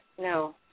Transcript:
no